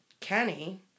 Kenny